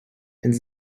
and